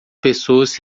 pessoas